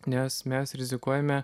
nes mes rizikuojame